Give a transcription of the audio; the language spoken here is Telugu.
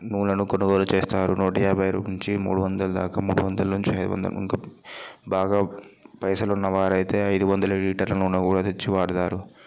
నూనెను కొనుగోలు చేస్తారు నూటయాభై నుంచి మూడు వందలు దాకా మూడు వందలు నుంచి ఐదు వందలు ఇంకా బాగా పైసలు ఉన్న వారైతే ఐదు వందల లీటర్ల నూనె కూడా తెచ్చి వాడతారు